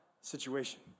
situation